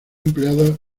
empleada